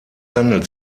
handelt